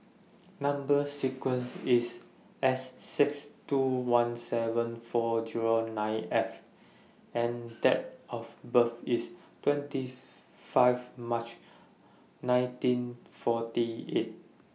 Number sequence IS S six two one seven four Zero nine F and Date of birth IS twenty five March nineteen forty eight